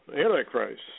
Antichrist